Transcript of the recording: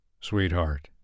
Sweetheart